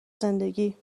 زندگی